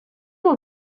will